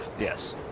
yes